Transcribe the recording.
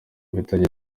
mfitanye